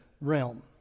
realm